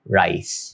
rice